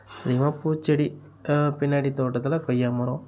அதிகமாக பூச்செடி பின்னாடி தோட்டத்தில் கொய்யா மரம்